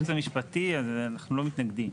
היועץ המשפטי, אז אנחנו לא מתנגדים.